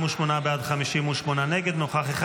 48 בעד, 58 נגד, נוכח אחד.